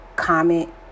comment